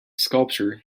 sculpture